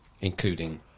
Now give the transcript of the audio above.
including